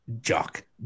jock